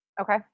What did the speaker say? Okay